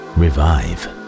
revive